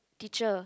teacher